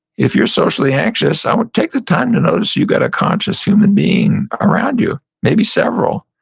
if you're socially anxious, i would take the time to notice you got a conscious human being around you. maybe several.